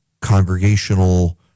congregational